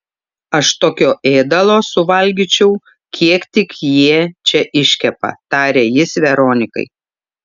aš tokio ėdalo suvalgyčiau kiek tik jie čia iškepa tarė jis veronikai